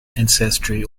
ancestry